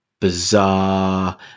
bizarre